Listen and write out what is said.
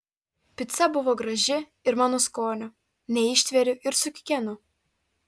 pica buvo graži ir mano skonio neištveriu ir sukikenu